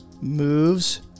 moves